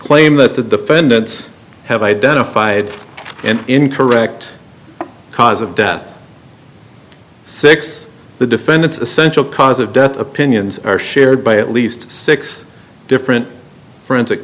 that the defendants have identified an incorrect cause of death six the defendant's essential cause of death opinions are shared by at least six different forensic